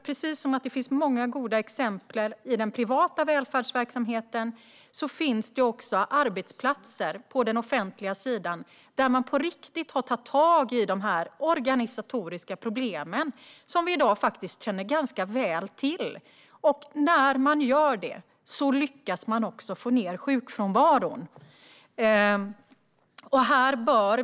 Precis som att det finns många goda exempel i den privata välfärdsverksamheten finns det nämligen arbetsplatser på den offentliga sidan där man på riktigt har tagit tag i de organisatoriska problemen - som vi i dag faktiskt känner ganska väl till. När man gör det lyckas man också få ned sjukfrånvaron.